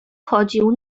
chodził